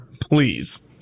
please